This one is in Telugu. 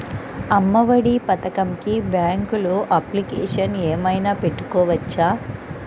అమ్మ ఒడి పథకంకి బ్యాంకులో అప్లికేషన్ ఏమైనా పెట్టుకోవచ్చా?